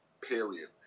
period